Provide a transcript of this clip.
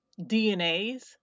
DNAs